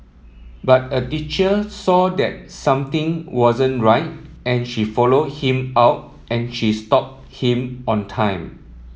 but a teacher saw that something wasn't right and she followed him out and she stopped him on time